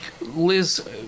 liz